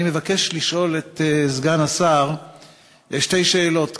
אני מבקש לשאול את סגן השר שתי שאלות קצרות: